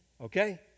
Okay